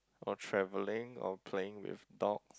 or travelling or playing with dogs